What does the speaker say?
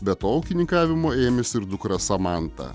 be to ūkininkavimo ėmėsi ir dukra samanta